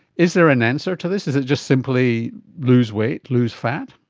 is there an answer to this, is it just simply lose weight, loose fat?